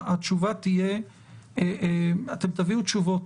אתם תביאו תשובות,